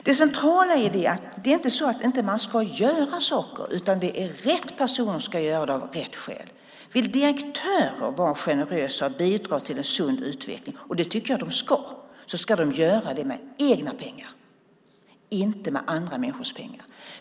Det centrala är inte att man inte ska göra saker, utan det handlar om att rätt person ska göra saker, av rätt skäl. Vill direktörer vara generösa och bidra till en sund utveckling - det tycker jag att de ska göra - ska de göra det med egna pengar, inte med andra människors pengar.